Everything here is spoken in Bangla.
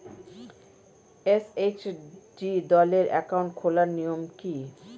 এস.এইচ.জি দলের অ্যাকাউন্ট খোলার নিয়ম কী?